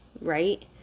right